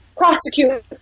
prosecute